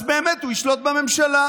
אז באמת הוא ישלוט בממשלה.